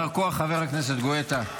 יישר כוח, חבר הכנסת גואטה.